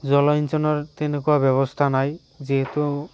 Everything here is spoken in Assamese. জলসিঞ্চনৰ তেনেকুৱা ব্যৱস্থা নাই যিহেতু